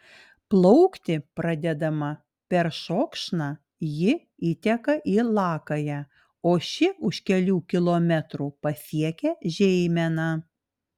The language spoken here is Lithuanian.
plaukti pradedama peršokšna ji įteka į lakają o ši už kelių kilometrų pasiekia žeimeną